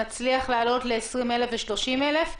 נצליח לעלות ל-20,000 ו-30,000?